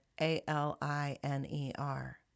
A-L-I-N-E-R